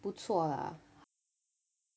不错啦还可以